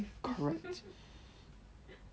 correct